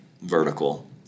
vertical